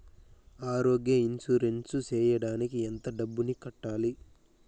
ఆరోగ్య ఇన్సూరెన్సు సేయడానికి ఎంత డబ్బుని కట్టాలి?